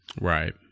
Right